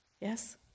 Yes